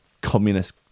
communist